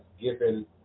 given